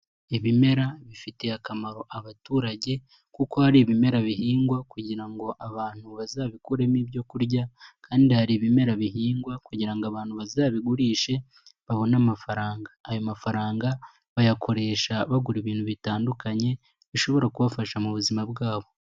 Ibimera bifitiye akamaro abaturage kuko hari ibimera bihingwa kugira ngo abantu bazabikuremo ibyo kurya kandi hari ibimera bihingwa kugira ngo abantu bazabigurishe babone amafaranga, ayo mafaranga bayakoresha bagura ibintu bitandukanye bishobora kubafasha mu buzima bwabo.